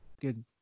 Good